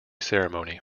ceremony